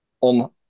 on